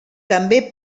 també